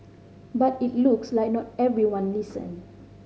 but it looks like not everyone listened